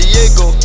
Diego